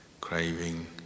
craving